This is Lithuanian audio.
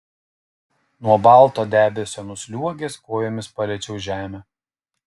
nuo balto debesio nusliuogęs kojomis paliečiau žemę